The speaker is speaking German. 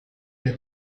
der